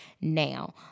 Now